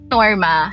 Norma